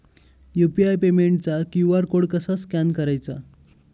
UPI पेमेंटचा QR code कसा scan करायचा?